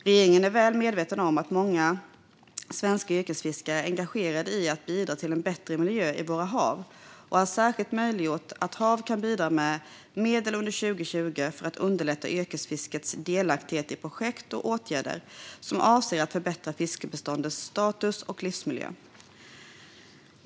Regeringen är väl medveten om att många svenska yrkesfiskare är engagerade i att bidra till en bättre miljö i våra hav och har särskilt möjliggjort att HaV kan bidra med medel under 2020 för att underlätta yrkesfiskets delaktighet i projekt och åtgärder som avser att förbättra fiskbeståndens status och livsmiljö.